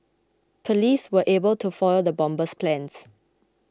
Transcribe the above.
police were able to foil the bomber's plans